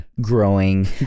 growing